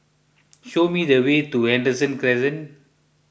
show me the way to Henderson Crescent